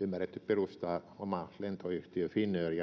ymmärretty perustaa oma lentoyhtiö finnair